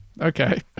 Okay